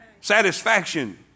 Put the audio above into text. Satisfaction